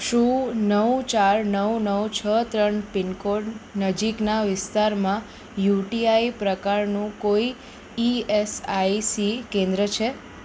શું નવ ચાર નવ નવ છ ત્રણ પિનકોડ નજીકના વિસ્તારમાં યુટીઆઈ પ્રકારનું કોઈ ઇએસઆઇસી કેન્દ્ર છે